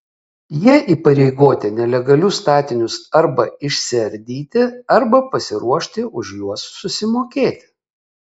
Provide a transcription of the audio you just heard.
jie įpareigoti nelegalius statinius arba išsiardyti arba pasiruošti už juos susimokėti